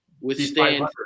withstand